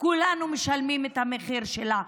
כולנו משלמים את המחיר שלה.